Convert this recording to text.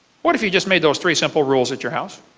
what if you just make those three simple rules at your house?